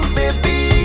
baby